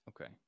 Okay